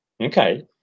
Okay